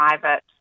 private